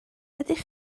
ydych